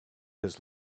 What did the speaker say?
his